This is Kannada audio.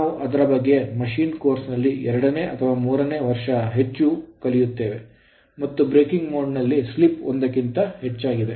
ನಾವು ಅದರ ಬಗ್ಗೆ ಮೆಷಿನ್ ಕೋರ್ಸ್ ನಲ್ಲಿ ಎರಡನೇ ಅಥವಾ ಮೂರನೇ ವರ್ಷ ಹೆಚ್ಚು ಕಲಿಯುತ್ತೇವೆ ಮತ್ತು ಬ್ರೇಕಿಂಗ್ ಮೋಡ್ ಲ್ಲಿ ಸ್ಲಿಪ್ ಒಂದಕ್ಕಿಂತ ಹೆಚ್ಚಾಗಿದೆ